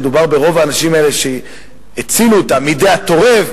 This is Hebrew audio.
האנשים האלה שהצילו אותם מידי הטורף,